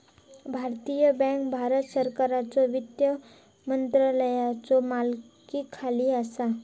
भारतीय बँक भारत सरकारच्यो वित्त मंत्रालयाच्यो मालकीखाली असा